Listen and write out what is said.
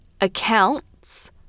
accounts